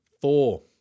Four